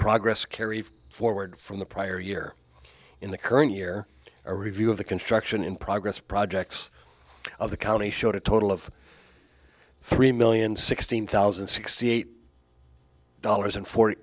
progress carry forward from the prior year in the current year a review of the construction in progress projects of the county showed a total of three million sixteen thousand and sixty eight dollars and forty